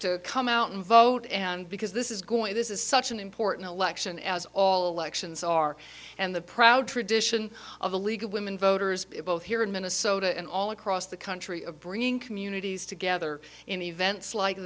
to come out and vote and because this is going this is such an important election as all elections are and the proud tradition of the league of women voters it both here in minnesota and all across the country of bringing communities together in events like